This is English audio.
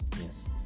Yes